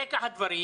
ברקע הדברים